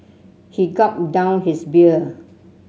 he gulped down his beer